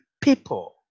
People